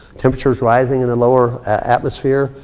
temperatures rising in the lower atmosphere,